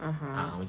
(uh huh)